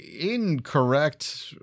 incorrect